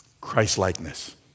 Christ-likeness